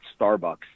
Starbucks